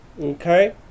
Okay